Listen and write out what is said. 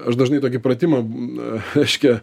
aš dažnai tokį pratimą reiškia